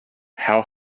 how